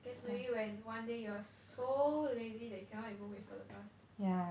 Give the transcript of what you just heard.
guess maybe when one day you are so lazy that you cannot even wait for the bus